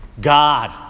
God